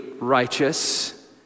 righteous